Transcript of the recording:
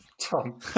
Tom